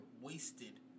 wasted